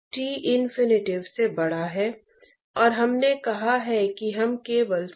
यह एक काल्पनिक मात्रा है जिसे सुविधा के उद्देश्य से परिभाषित किया गया है